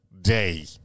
day